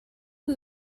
who